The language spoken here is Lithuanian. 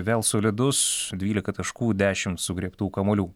vėl solidus dvylika taškų dešim sugriebtų kamuolių